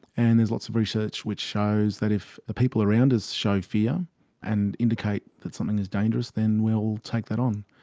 and there's lots of research which shows that if the people around us show fear and indicate that something is dangerous, then we will take that on.